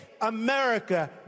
America